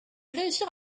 réussissent